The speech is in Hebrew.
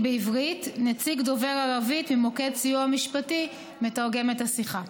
נציג דובר ערבית ממוקד סיוע משפטי מתרגם את השיחה.